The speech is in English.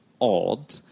odd